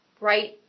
right